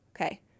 okay